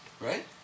Right